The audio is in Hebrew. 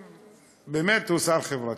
באמת הוא שר חברתי.